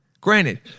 granted